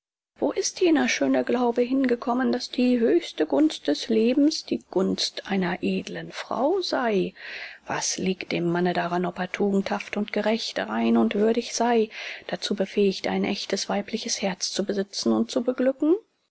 wo ist jener schöne glaube hingekommen daß die höchste gunst des lebens die gunst einer edlen frau sei was liegt dem manne daran ob er tugendhaft und gerecht rein und würdig sei dazu befähigt ein ächtes weibliches herz zu besitzen und zu beglücken